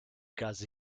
gase